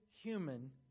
human